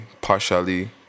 partially